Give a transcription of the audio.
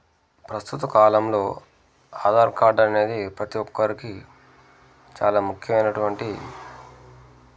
ప్రస్తుత కాలంలో ఆధార్ కార్డ్ అనేది ప్రతి ఒక్కరికి చాలా ముఖ్యమైనటువంటి